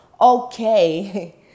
okay